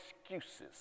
excuses